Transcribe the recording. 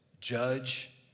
judge